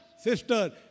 Sister